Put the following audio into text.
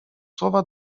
słowa